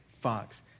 fox